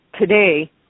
today